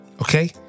Okay